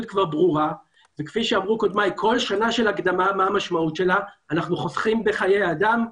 בכל שנה של הקדמה אנחנו חוסכים בחיי אדם,